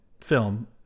film